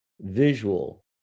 visual